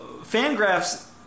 Fangraphs